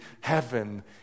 heaven